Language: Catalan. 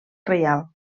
reial